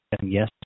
Yes